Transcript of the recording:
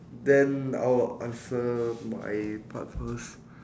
then oh answer my part first